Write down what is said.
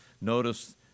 notice